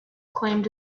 claimed